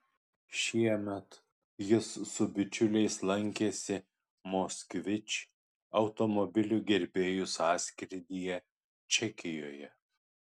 šiemet jis su bičiuliais lankėsi moskvič automobilių gerbėjų sąskrydyje čekijoje